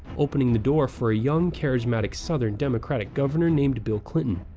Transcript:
opening the door for a young charismatic southern democratic governor named bill clinton.